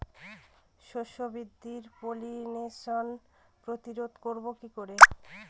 শস্য বৃদ্ধির পলিনেশান প্রতিরোধ করব কি করে?